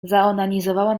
zaonanizowała